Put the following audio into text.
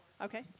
Okay